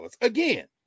Again